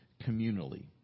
communally